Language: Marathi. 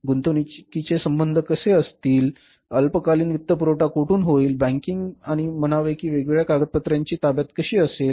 गुंतवणूकीचे संबंध कसे असतील अल्पकालीन वित्तपुरवठा कोठून होईल बँकिंग आणि म्हणावे की वेगवेगळ्या कागदपत्रांची ताब्यात कशी असेल